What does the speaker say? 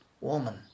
woman